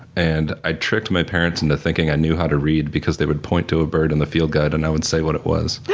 and i tricked my parents into thinking i knew how to read because they would point to a bird in the field guide and would say what it was,